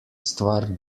stvari